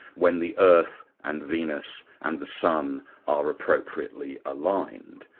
when the earth and venus and the sun are appropriately aligned,